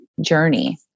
journey